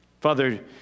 Father